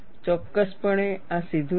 ચોક્કસપણે આ સીધું નથી